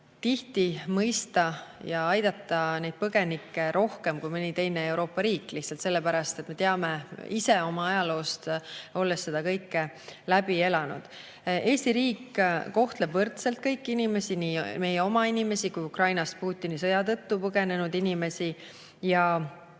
tihti mõista ja aidata rohkem kui mõni teine Euroopa riik lihtsalt selle pärast, et teame seda kõike ka oma ajaloost, olles seda ise läbi elanud. Eesti riik kohtleb võrdselt kõiki inimesi, nii meie oma inimesi kui Ukrainast Putini sõja tõttu põgenenud inimesi.